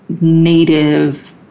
native